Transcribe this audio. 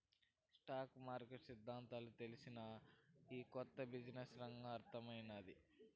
stock market సిద్దాంతాలు తెల్సినా, ఈ కొత్త బిజినెస్ రంగం అర్థమౌతాది